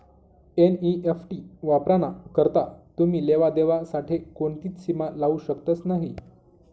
NEFT वापराना करता तुमी लेवा देवा साठे कोणतीच सीमा लावू शकतस नही